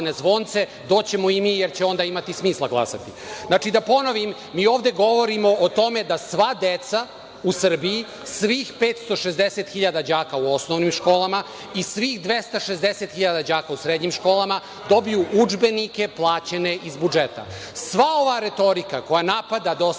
zvonce, to ćemo i mi, jer će onda imati smisla glasati. Znači, da ponovim, mi ovde govorimo o tome da sva deca u Srbiji, svih 560.000 đaka u osnovnim školama i svih 260.000 đaka u srednjim školama dobiju udžbenike plaćene iz budžeta. Sva ova retorika koja napada „Dosta je